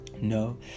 No